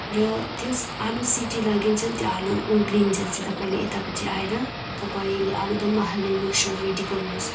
र त्यो आलु सिटी लागुन्जेल त्यो आलु उब्लिन्जेल चाहिँ तपाईँले यतापट्टि आएर तपाईँले आलुदममा हाल्ने मिक्सर रेडी गर्नुहोस्